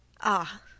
Ah